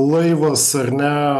laivas ar ne